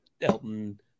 Elton